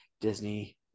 Disney